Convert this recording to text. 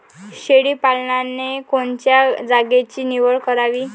शेळी पालनाले कोनच्या जागेची निवड करावी?